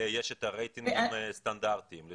יש את הרייטינג הסטנדרטי של